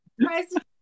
president